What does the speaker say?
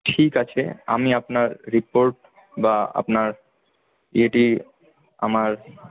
ঠিক আছে আমি আপনার রিপোর্ট বা আপনার ইয়েটি আমার